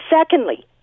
secondly